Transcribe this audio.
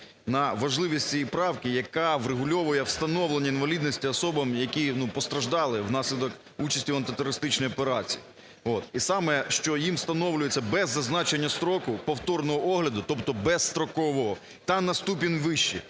на важливість цієї правки, яка врегульовує встановлення інвалідності особам, які постраждали внаслідок участі в антитерористичній операції. І саме, що їм встановлюється без зазначення строку повторного огляду, тобто безстрокового та на ступінь вище.